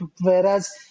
Whereas